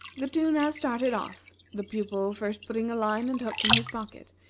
the two now started off, the pupil first putting a line and hook in his pocket,